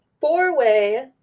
four-way